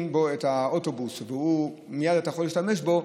בו את האוטובוס ומייד אתה יכול להשתמש בו,